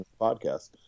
Podcast